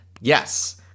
Yes